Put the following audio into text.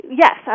Yes